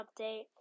update